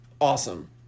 awesome